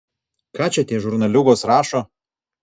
ką čia tie žurnaliūgos rašo